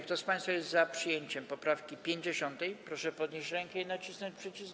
Kto z państwa jest za przyjęciem poprawki 50., proszę podnieść rękę i nacisnąć przycisk.